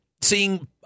seeing